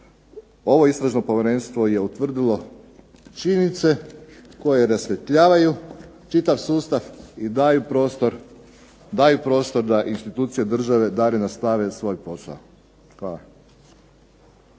ovo Istražno povjerenstvo je utvrdilo činjenice koje rasvjetljavaju čitav sustav i daju prostor da institucije države dalje nastave svoj posao. Hvala.